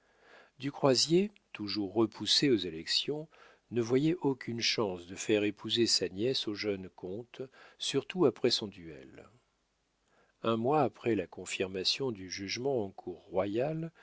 du croisier toujours repoussé aux élections ne voyait aucune chance de faire épouser sa nièce au jeune comte surtout après son duel un mois après la confirmation du jugement en cour royale